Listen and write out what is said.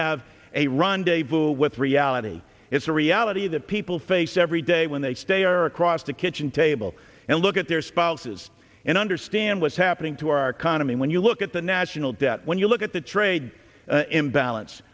have a run day blue with reality it's a reality that people face every day when they stay or across the kitchen table and look at their spouses and understand what's happening to our economy when you look at the national debt when you look at the trade imbalance